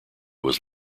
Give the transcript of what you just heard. was